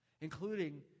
including